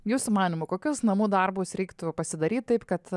jūsų manymu kokius namų darbus reiktų pasidaryt taip kad